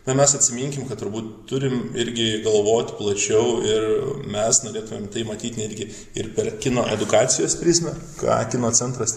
na mes atsiminkim kad turbūt turim irgi galvot plačiau ir mes norėtumėm matyt netgi ir per kino edukacijos prizmę ką kino centras